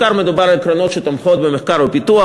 בעיקר מדובר על קרנות שתומכות במחקר ופיתוח,